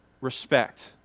respect